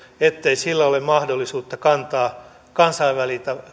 ettei sillä ole mahdollisuutta kantaa kansainvälistä